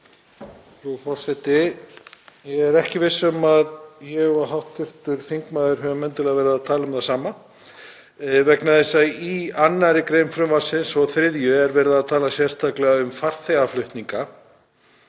Forseti. Ég er ekki viss um að ég og hv. þingmaður höfum endilega verið að tala um það sama vegna þess að í 2. gr. frumvarpsins og 3. gr. er verið að tala sérstaklega um farþegaflutninga